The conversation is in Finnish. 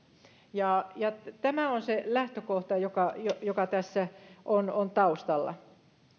tämä on se lähtökohta joka joka tässä on on taustalla